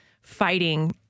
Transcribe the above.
fighting